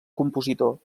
compositor